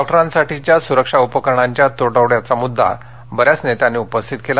डॉक्टरांसाठीच्या सुरक्षा उपकरणांच्या तुटवड्याचा मुद्दा बऱ्याच नेत्यांनी उपस्थित केला